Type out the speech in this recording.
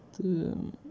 تہٕ